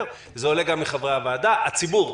וזה עולה גם מחברי הוועדה הציבור,